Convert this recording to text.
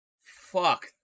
Fuck